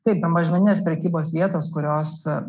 taip be mažmeninės prekybos vietos kurios